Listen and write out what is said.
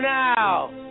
now